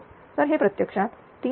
तर हे प्रत्यक्षात 373